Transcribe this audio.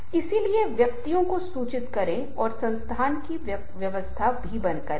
तो हम कहते हैं कि हम एक तरह के माइंड मैप को देखना शुरू करते हैं